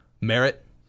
merit